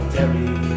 Derry